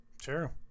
Sure